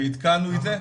ועדכנו את זה.